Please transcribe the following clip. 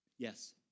Yes